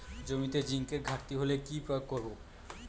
জমিতে জিঙ্কের ঘাটতি হলে কি প্রয়োগ করব?